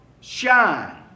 shine